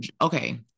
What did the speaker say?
okay